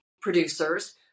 producers